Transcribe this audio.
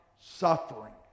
suffering